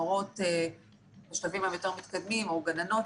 מורות בשלבים היותר מתקדמים או גננות,